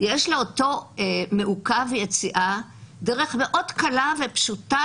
יש לאותו מעוכב יציאה דרך מאוד קלה ופשוטה